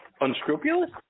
Unscrupulous